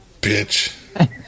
bitch